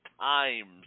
times